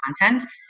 content